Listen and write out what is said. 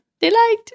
Delight